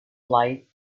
flight